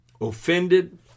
offended